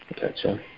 Gotcha